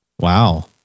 Wow